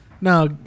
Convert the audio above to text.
now